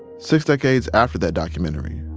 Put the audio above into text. six decades after that documentary,